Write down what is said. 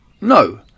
no